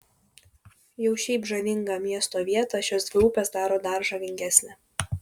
jau šiaip žavingą miesto vietą šios dvi upės daro dar žavingesnę